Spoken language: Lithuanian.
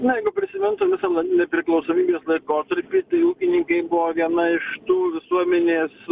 jeigu prisimintum visą l nepriklausomybės laikotarpį tai ūkininkai buvo viena iš tų visuomenės